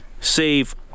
save